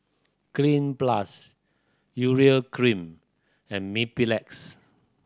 Cleanz Plus Urea Cream and Mepilex